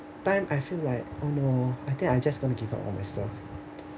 time I feel like oh no I think I just going to give up on myself